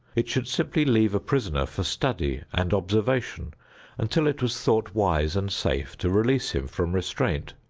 it should simply leave a prisoner for study and observation until it was thought wise and safe to release him from restraint.